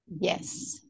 Yes